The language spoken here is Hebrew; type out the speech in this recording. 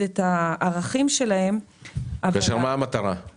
את הערכים שלהם --- מה המטרה של זה?